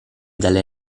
dalle